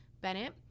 Bennett